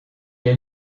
est